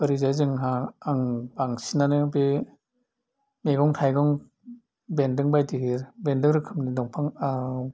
ओरैजाय जोंहा आं बांसिनानो बे मैगं थाइगं बेन्दों बायदि बेन्दों रोखोमनि दंफा